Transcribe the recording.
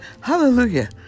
Hallelujah